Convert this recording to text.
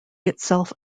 itself